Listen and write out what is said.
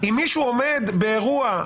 אם מישהו עומד באירוע,